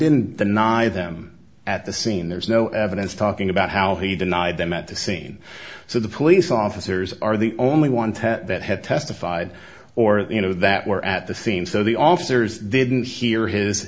didn't deny them at the scene there's no evidence talking about how he denied them at the scene so the police officers are the only one that had testified or the you know that were at the scene so the officers didn't hear his